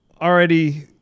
already